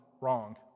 wrong